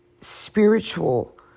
spiritual